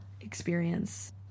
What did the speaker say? experience